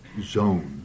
zone